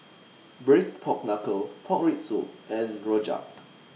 Braised Pork Knuckle Pork Rib Soup and Rojak